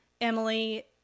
Emily